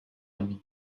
emin